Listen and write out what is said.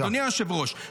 אדוני היושב-ראש,